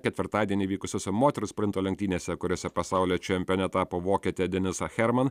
ketvirtadienį vykusiose moterų sprinto lenktynėse kuriose pasaulio čempione tapo vokietė denisa herman